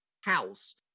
house